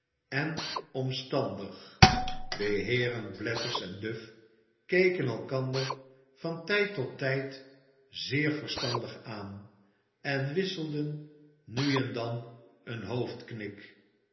en omstandig de heeren blathers en duff keken elkander van tijd tot tijd j zeer verstandig aan en wisselden nu en dan een